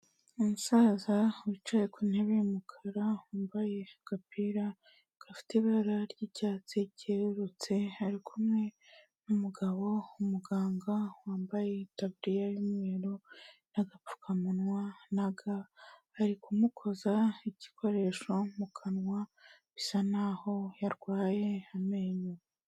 Umusaza wicaye ku ntebe y'umukara, wambaye agapira gafite ibara ry'icyatsi ryerurutse, ari kumwe n'umugabo w'umuganga wambaye itaburiya y'umweru n'agapfukamunwa na ga, bari kumukoza igikoresho mu kanwa, bisa n'aho yarwaye amenyo.